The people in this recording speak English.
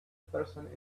person